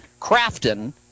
Crafton